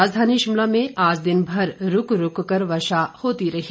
राजधानी शिमला में आज दिन भर रुक रुक कर वर्षा होती रही